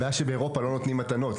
שבאירופה לא נותנים מתנות.